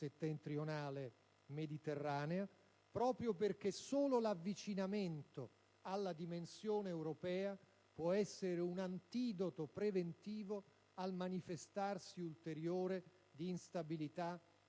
settentrionale mediterranea, proprio perché solo l'avvicinamento alla dimensione europea può essere un antidoto preventivo all'ulteriore manifestarsi di instabilità,